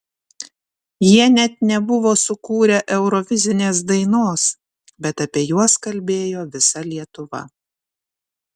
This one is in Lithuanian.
jie net nebuvo sukūrę eurovizinės dainos bet apie juos kalbėjo visa lietuva